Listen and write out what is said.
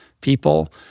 people